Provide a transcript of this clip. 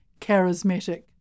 charismatic